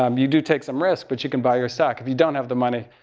um you do take some risk, but you can buy your stock. if you don't have the money,